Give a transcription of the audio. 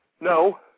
No